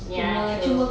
ya true